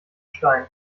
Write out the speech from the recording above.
stein